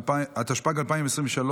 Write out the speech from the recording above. התשפ"ג 2023,